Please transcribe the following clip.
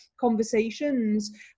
conversations